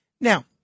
Now